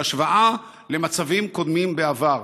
בהשוואה למצבים קודמים בעבר: